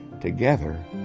Together